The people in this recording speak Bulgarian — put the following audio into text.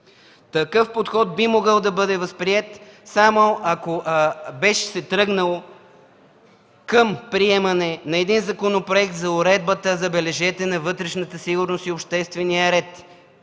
Такъв подход би могъл да бъде възприет, само ако беше се тръгнало към приемане на един законопроект за уредбата, забележете, на вътрешната сигурност и обществения ред,